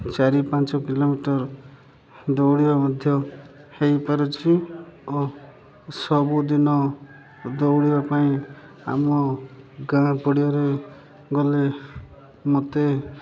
ଚାରି ପାଞ୍ଚ କିଲୋମିଟର୍ ଦୌଡ଼ିବା ମଧ୍ୟ ହୋଇପାରୁଛି ଓ ସବୁଦିନ ଦୌଡ଼ିବା ପାଇଁ ଆମ ଗାଁ ପଡ଼ିଆରେ ଗଲେ ମୋତେ